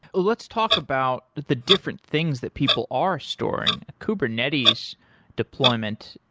let's talk about the different things that people are storing. kubernetes deployment,